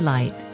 Light